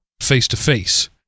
face-to-face